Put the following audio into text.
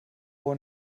wohl